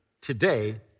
today